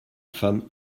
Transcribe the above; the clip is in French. femme